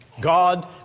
God